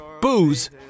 Booze